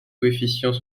coefficients